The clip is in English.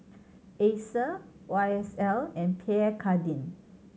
Acer Y S L and Pierre Cardin